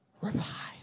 revive